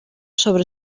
sobre